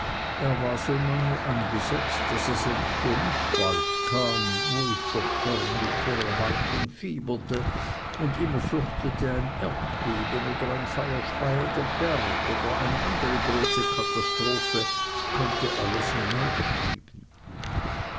er war so nahe angesetzt daß er selbst für mich bald kam wo ich doch förmlich vor erwartung fieberte und immer fürchtete ein erdbeben oder ein feuerspeiender berg oder eine andere große katastrophe könnte alles hinausschieben